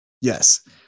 Yes